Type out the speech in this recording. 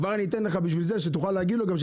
כבר אני אתן לך בשביל זה שתוכל להגיד לו גם,